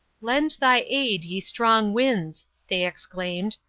lend thy aid, ye strong winds, they exclaimed,